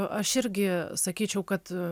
aš irgi sakyčiau kad